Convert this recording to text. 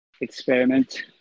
experiment